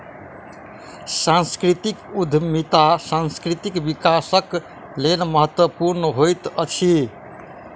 सांस्कृतिक उद्यमिता सांस्कृतिक विकासक लेल महत्वपूर्ण होइत अछि